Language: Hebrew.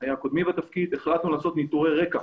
היה קודמי בתפקיד - החלטנו לעשות ניטורי רקע.